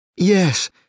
Yes